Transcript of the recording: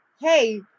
Hey